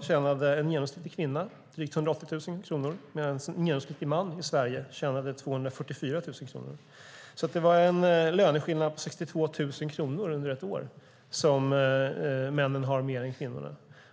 tjänade en genomsnittlig kvinna drygt 180 000 kronor, medan en genomsnittlig man i Sverige tjänade 244 000 kronor. Det var en löneskillnad på 62 000 kronor under ett år. Så mycket mer har männen än kvinnorna.